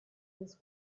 this